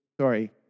sorry